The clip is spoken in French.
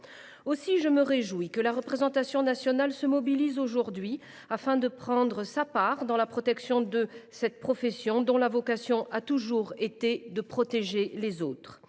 Je me réjouis donc que la représentation nationale se mobilise aujourd’hui afin de prendre sa part dans la protection de cette profession, dont la vocation a toujours été de protéger les autres.